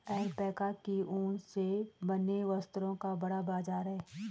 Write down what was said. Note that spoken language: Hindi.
ऐल्पैका के ऊन से बने वस्त्रों का बड़ा बाजार है